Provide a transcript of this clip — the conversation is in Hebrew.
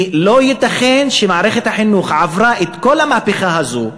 כי לא ייתכן שמערכת החינוך עברה את כל המהפכה הזו,